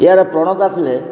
ଏହାର ପ୍ରଣେତା ଥିଲେ